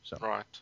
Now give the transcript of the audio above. Right